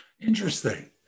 Interesting